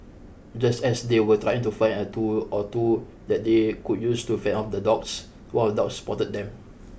just as they were trying to find a tool or two that they could use to fend off the dogs one of the dogs spotted them